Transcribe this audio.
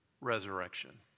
resurrection